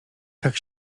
tak